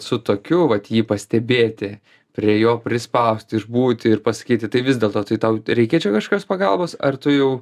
su tokiu vat jį pastebėti prie jo prispausti išbūti ir pasakyti tai vis dėlto tai tau reikia čia reikia kažkokios pagalbos ar tu jau